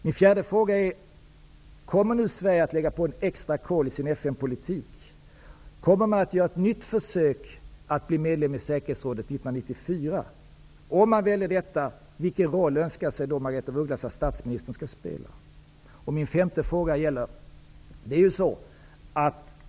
Vidare vill jag fråga om Sverige kommer att lägga på ett extra kol i sin FN-politik. Kommer man att göra ett nytt försök att bli medlem i säkerhetsrådet 1994? Om man väljer detta, vilken roll önskar då Margaretha af Ugglas att statsministern skall spela?